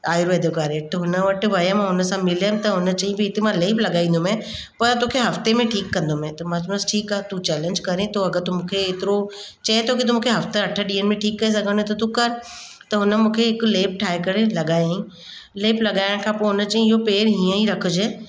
आयुर्वेदिक वारे वटि त हुन वटि वियमि हुन सां मिली हुअमि त हुन चयईं भई हिते मां लेप लॻाईंदो मां पर तोखे हफ़्ते में ठीकु कंदो में त मां चयोमांसि ठीकु आहे तूं चैलेंज करे थो अगरि त मूंखे एतिरो चए थो की तूं मूंखे हफ़्ता अठ ॾींहनि में ठीकु करे सघंदो आहे त तूं कर त हुन मूंखे हिकु लेप ठाहे करे लॻाईं लेप लॻाइण खां पोइ हुन चयईं इहो पेरु हीअं ई रखिजे